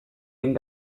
den